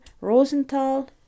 Rosenthal